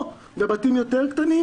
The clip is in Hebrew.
או בבתים יותר קטנים,